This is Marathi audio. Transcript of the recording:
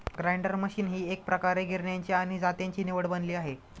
ग्राइंडर मशीन ही एकप्रकारे गिरण्यांची आणि जात्याची निवड बनली आहे